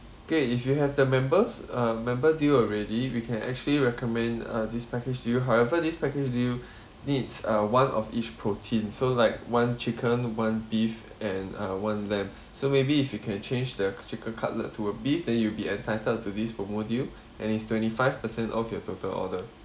okay if you have the members uh member deal already we can actually recommend uh this package deal however this package deal needs uh one of each protein so like one chicken one beef and uh one lamb so maybe if you can change the chicken cutlet to a beef then you'll be entitled to this promo deal and it's twenty five percent off your total order